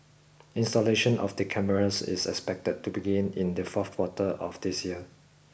installation of the cameras is expected to begin in the fourth quarter of this year